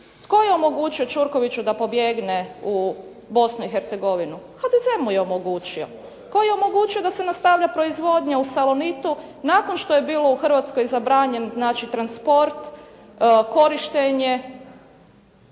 Tko je omogućio Ćurkoviću da pobjegne u Bosnu i Hercegovinu? HDZ mu je omogućio. Tko je omogućio da se nastavlja proizvodnja u "Salonitu" nakon što je bio u Hrvatskoj zabranjen znači transport, korištenje?